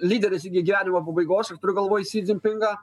lyderis iki gyvenimo pabaigos aš turiu galvoj sydzin pinga